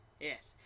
Yes